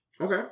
Okay